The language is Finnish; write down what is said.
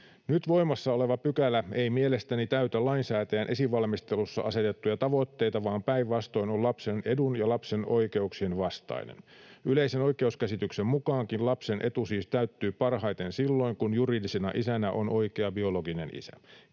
Nyt voimassa oleva pykälä ei mielestäni täytä lainsäätäjän esivalmistelussa asetettuja tavoitteita vaan päinvastoin on lapsen edun ja lapsen oikeuksien vastainen. Yleisen oikeuskäsityksen mukaankin lapsen etu siis täyttyy parhaiten silloin kun juridisena isänä on oikea biologinen isä.